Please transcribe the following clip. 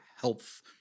health